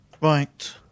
Right